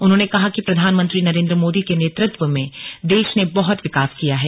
उन्होंने कहा कि प्रधानमंत्री नरेंद्र मोदी के नेतृत्व में देश ने बहत विकास किया है